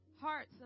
Hearts